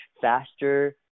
faster